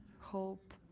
hope